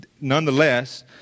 nonetheless